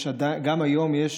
גם היום יש